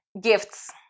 gifts